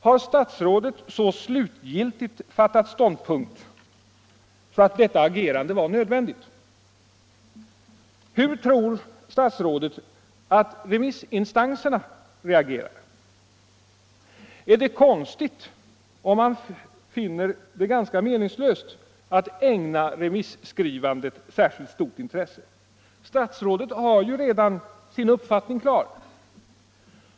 Hade statsrådet så slutgiltigt tagit ståndpunkt att detta agerande var nödvändigt? Hur tror statsrådet att remissinstanserna reagerar? Är det konstigt om man finner det ganska meningslöst att ägna remisskrivandet särskilt stort intresse? Statsrådet har ju redan sin uppfattning klar.